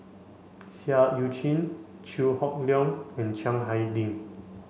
Seah Eu Chin Chew Hock Leong and Chiang Hai Ding